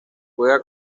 juega